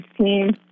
team